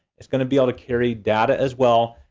it's gonna be able to carry data as well.